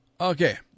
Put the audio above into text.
Okay